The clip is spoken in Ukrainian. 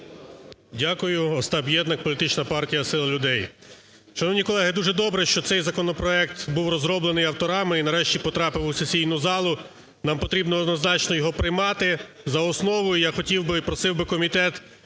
Дякую. Остап Єднак, політична партія "Сила людей". Шановні колеги, дуже добре, що цей законопроект був розроблений авторами і нарешті потрапив у сесійну залу, нам потрібно однозначно його приймати за основу. І я хотів би, і просив би комітет